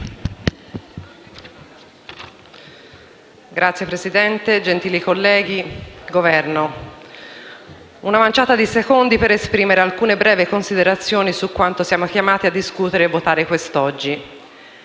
rappresentanti del Governo, ho una manciata di secondi per esprimere alcune brevi considerazioni su quanto siamo chiamati a discutere e votare quest'oggi.